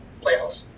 playoffs